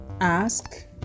Ask